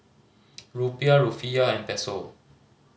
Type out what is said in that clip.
Rupiah Rufiyaa and Peso